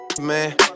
man